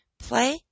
Play